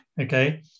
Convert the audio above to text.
Okay